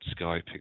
Skype